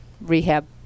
rehab